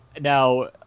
Now